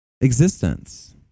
existence